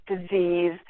disease